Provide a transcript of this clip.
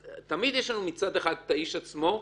תמיד יש לנו מצד אחד את האיש עצמו,